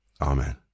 Amen